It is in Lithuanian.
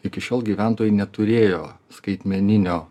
iki šiol gyventojai neturėjo skaitmeninio